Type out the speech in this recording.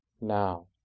now